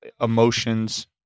emotions